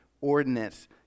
ordinance